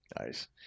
Nice